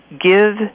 Give